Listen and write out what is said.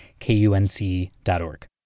KUNC.org